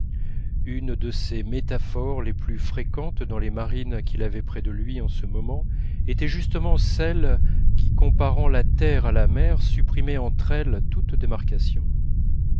une de ses métaphores les plus fréquentes dans les marines qu'il avait près de lui en ce moment était justement celle qui comparant la terre à la mer supprimait entre elles toute démarcation